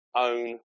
own